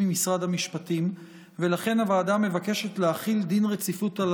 עם משרד המשפטים ולכן הוועדה מבקשת להחיל דין רציפות על